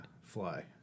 fly